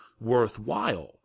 worthwhile